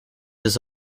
his